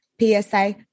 PSA